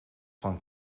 van